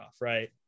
right